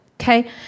okay